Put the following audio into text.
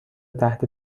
تحت